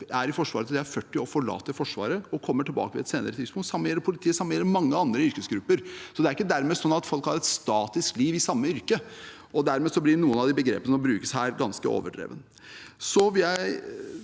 er i Forsvaret til de er 40 år, forlater Forsvaret og kommer tilbake på et senere tidspunkt. Det samme gjelder politiet. Det samme gjelder mange andre yrkesgrupper. Det er ikke sånn at folk har et statisk liv i samme yrke, og dermed blir noen av de begrepene som brukes her, ganske overdrevet. Så vil jeg